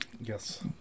Yes